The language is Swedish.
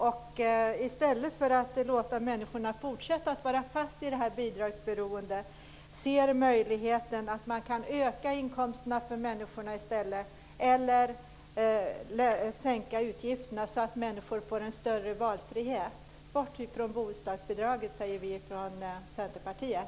I stället för att låta människor sitta fast i bidragsberoende kunde hon se möjligheterna att öka människors inkomster eller minska deras utgifter, så att de får större valfrihet. Vi från Centerpartiet säger: Bort ifrån bostadsbidraget!